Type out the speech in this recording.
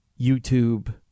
YouTube